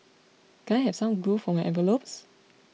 can I have some glue for my envelopes